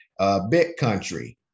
BitCountry